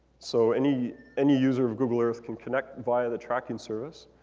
so any any user of google earth can connect via the tracking service,